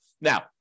now